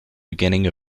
beginning